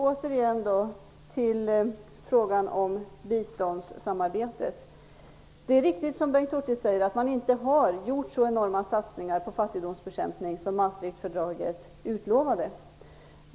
Återigen till frågan om biståndssamarbetet: Det är riktigt som Bengt Hurtig säger att det inte har gjorts så enorma satsningar på fattigdomsbekämpning som det utlovades i Maastrichtfördraget.